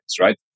right